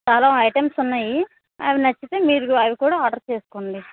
చాలా ఐటమ్స్ ఉన్నాయి అవి నచ్చితే మీరు అవి కూడా ఆర్డర్ చేసుకోండి